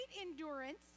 endurance